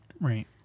Right